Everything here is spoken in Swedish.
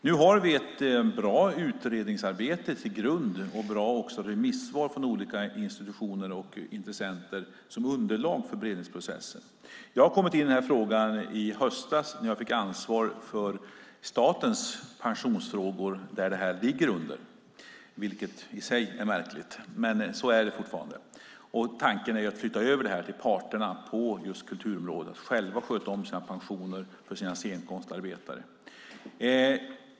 Vi har ett bra utredningsarbete och bra remissvar från olika institutioner och intressenter som underlag för beredningsprocessen. Jag kom in i frågan i höstas när jag fick ansvar för statens pensionsfrågor - vilket är märkligt i sig, men så är det fortfarande. Tanken är dock att detta ska flyttas över till parterna på kulturområdet så att de själva få sköta om pensionerna för sina scenkonstarbetare.